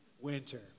winter